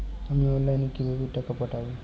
আমি অনলাইনে কিভাবে টাকা পাঠাব?